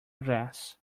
grass